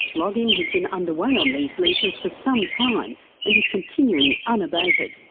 logging has been underway on these leases for some time and is continuing unabated.